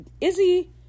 Izzy